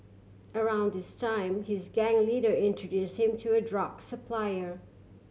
around this time his gang leader introduce him to a drug supplier